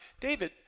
David